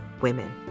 Women